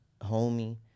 homie